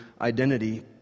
identity